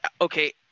okay